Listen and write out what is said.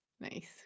Nice